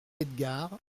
edgard